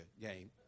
game